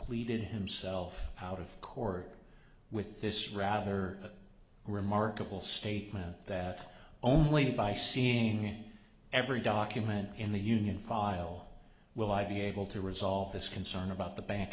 pleaded himself out of court with this rather remarkable statement that only by seen every document in the union file will i be able to resolve this concern about the bank